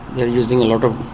they're using a lot of,